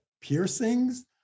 piercings